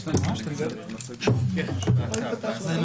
16:15.